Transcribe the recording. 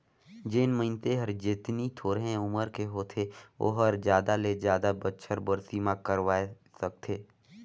जेन मइनसे हर जेतनी थोरहें उमर के होथे ओ हर जादा ले जादा बच्छर बर बीमा करवाये सकथें